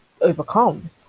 overcome